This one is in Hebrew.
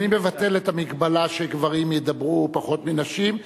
אני מבטל את המגבלה שגברים ידברו פחות מנשים.